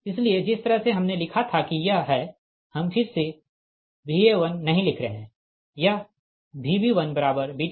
इसलिए जिस तरह से हमने लिखा था कि यह है हम फिर से Va1 नहीं लिख रहे है यहVb12Va1 Vc1βVc1 है